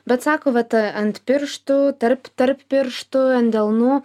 bet sako vat a ant pirštų tarp tarp pirštų ant delnų